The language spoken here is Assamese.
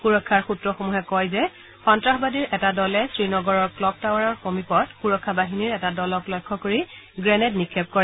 সুৰক্ষাৰ সুত্ৰসমূহে কয় যে সন্নাসবাদীৰ এটা দলে শ্ৰীনগৰৰ ক্লক টাৱাৰৰ সমীপত সুৰক্ষা বাহিনীৰ এটা দলক লক্ষ্য কৰি গ্ৰেনেড নিক্ষেপ কৰে